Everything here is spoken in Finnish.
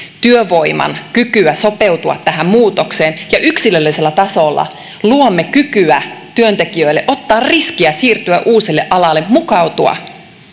työvoiman kykyä sopeutua tähän muutokseen ja yksilöllisellä tasolla luomme työntekijöille kykyä ottaa riski siirtyä uusille aloille mukautua